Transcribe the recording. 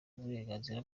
uburenganzira